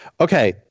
okay